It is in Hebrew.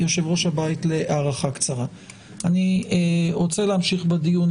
אני רוצה להמשיך בדיון.